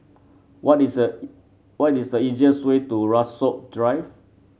what is a what is the easiest way to Rasok Drive